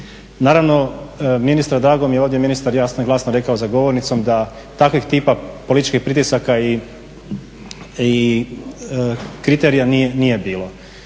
Naravno ministre drago mi je ovdje je ministar jasno i glasno rekao za govornicom da takvih tipa političkih pritisaka i kriterija nije bilo.